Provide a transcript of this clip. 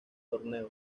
torneo